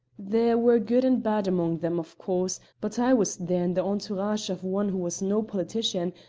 there were good and bad among them, of course, but i was there in the entourage of one who was no politician,